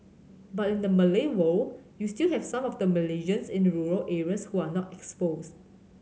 but in the Malay world you still have some of the Malaysians in rural areas who are not exposed